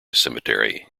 cemetery